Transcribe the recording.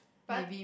but